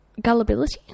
gullibility